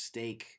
Steak